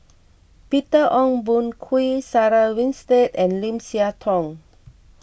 Peter Ong Boon Kwee Sarah Winstedt and Lim Siah Tong